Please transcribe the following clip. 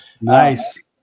Nice